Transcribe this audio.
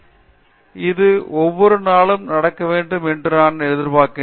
நிர்மலா இது ஒவ்வொரு நாளும் நடக்க வேண்டும் என்று நான் எதிர்பார்ப்பேன்